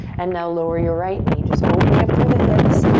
and now lower your right knee. just opening up through the hips.